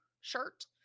shirt